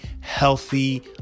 healthy